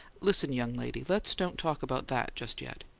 listen, young lady let's don't talk about that just yet.